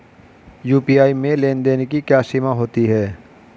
UPI में लेन देन की क्या सीमा होती है?